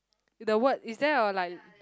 the word is there a like